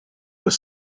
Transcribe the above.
were